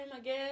again